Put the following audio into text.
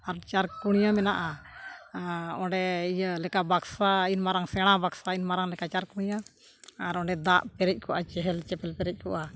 ᱟᱨ ᱪᱟᱨ ᱠᱩᱱᱤᱭᱟᱹ ᱢᱮᱱᱟᱜᱼᱟ ᱚᱸᱰᱮ ᱤᱭᱟᱹᱞᱮᱠᱟ ᱵᱟᱠᱥᱟ ᱤᱱ ᱢᱟᱨᱟᱝ ᱥᱮᱬᱟ ᱵᱟᱠᱥᱟ ᱤᱧ ᱢᱟᱨᱟᱝ ᱞᱮᱠᱟ ᱪᱟᱨ ᱠᱩᱱᱤᱭᱟ ᱟᱨ ᱚᱸᱰᱮ ᱫᱟᱜ ᱯᱮᱨᱮᱡ ᱠᱚᱜᱼᱟ ᱪᱮᱦᱮᱞ ᱪᱮᱯᱮᱞ ᱯᱮᱨᱮᱡ ᱠᱚᱜᱼᱟ